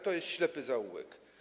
To jest ślepy zaułek.